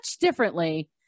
differently